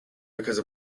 because